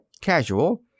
casual